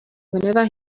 whenever